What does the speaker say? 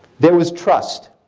there was trust.